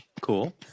Cool